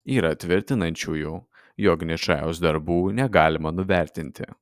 yra tvirtinančiųjų jog ničajaus darbų negalima nuvertinti